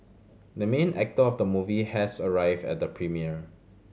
the main actor of the movie has arrived at the premiere